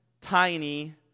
tiny